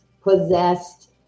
possessed